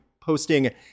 posting